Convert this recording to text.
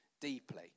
deeply